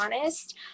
honest